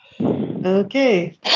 Okay